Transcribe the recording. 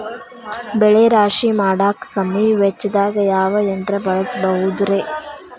ಬೆಳೆ ರಾಶಿ ಮಾಡಾಕ ಕಮ್ಮಿ ವೆಚ್ಚದಾಗ ಯಾವ ಯಂತ್ರ ಬಳಸಬಹುದುರೇ?